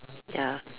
ya